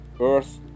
earth